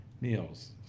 meals